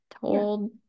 told